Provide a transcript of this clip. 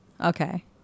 Okay